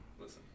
listen